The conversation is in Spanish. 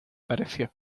pareció